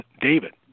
David